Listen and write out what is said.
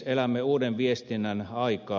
elämme uuden viestinnän aikaa